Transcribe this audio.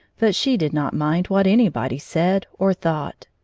but she did not mind what anybody said or thought.